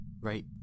right